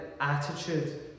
attitude